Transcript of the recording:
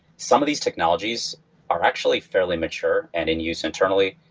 some of these technologies are actually fairly mature and and used internally.